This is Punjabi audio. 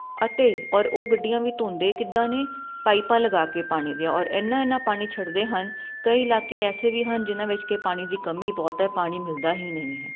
ਅਤੇ ਔਰ ਉਹ ਗੱਡੀਆਂ ਵੀ ਧੋਂਦੇ ਕਿੱਦਾਂ ਨੇ ਪਾਈਪਾਂ ਲਗਾ ਕੇ ਪਾਣੀ ਦੀਆਂ ਔਰ ਇੰਨਾ ਇੰਨਾ ਪਾਣੀ ਛੱਡਦੇ ਹਨ ਕਈ ਇਲਾਕੇ ਐਸੇ ਵੀ ਹਨ ਜਿਹਨਾਂ ਵਿੱਚ ਕਿ ਪਾਣੀ ਦੀ ਕਮੀ ਬਹੁਤ ਹੈ ਪਾਣੀ ਮਿਲਦਾ ਹੀ ਨਹੀਂ ਹੈ